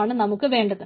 ആണ് നമുക്ക് വേണ്ടത്